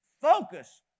Focus